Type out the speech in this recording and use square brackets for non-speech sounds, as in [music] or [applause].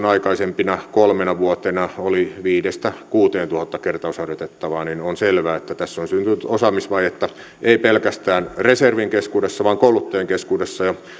[unintelligible] aikaisempina kolmena vuotena oli viisituhatta viiva kuusituhatta kertausharjoitettavaa joten että on selvää että tässä on syntynyt osaamisvajetta ei pelkästään reservin keskuudessa vaan myös kouluttajien keskuudessa